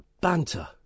banter